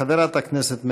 תודה, חברת הכנסת ברקו.